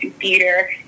Theater